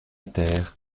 terre